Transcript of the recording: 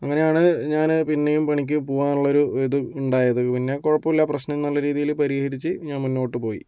അങ്ങനെയാണ് ഞാൻ പിന്നെയും പണിക്ക് പോകാനുള്ള ഒരു ഇത് ഉണ്ടായത് പിന്നെ കുഴപ്പമില്ല പ്രശ്നം നല്ല രീതിയിൽ പരിഹരിച്ച് ഞാൻ മുന്നോട്ടു പോയി